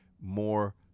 more